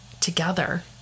together